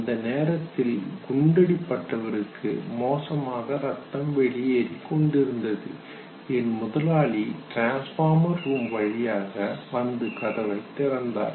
அந்தநேரத்தில் குண்டடிபட்டவருக்கு மோசமாக ரத்தம் வெளியேறிக் கொண்டிருந்தது என் முதலாளி டிரான்ஸ்பார்மர் ரூம் வழியாக வந்து கதவைத் திறந்தார்